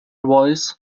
voice